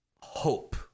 hope